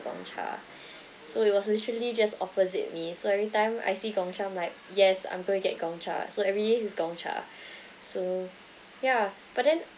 gong cha so it was literally just opposite me so every time I see gong cha I'm like yes I'm going to get gong cha so every day just gong cha so ya but then